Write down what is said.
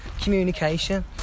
communication